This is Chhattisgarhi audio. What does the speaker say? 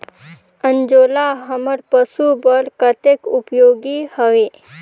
अंजोला हमर पशु बर कतेक उपयोगी हवे?